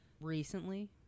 recently